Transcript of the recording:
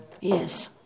Yes